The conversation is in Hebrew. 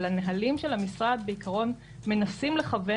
אבל הנהלים של המשרד בעקרון מנסים לכוון